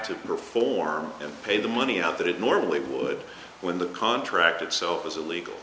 to perform and pay the money out that it normally would when the contract itself is illegal